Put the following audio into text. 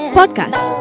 Podcast